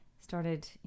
started